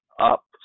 up